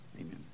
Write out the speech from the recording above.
Amen